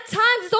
times